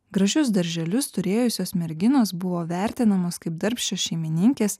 gražius darželius turėjusios merginos buvo vertinamos kaip darbščios šeimininkės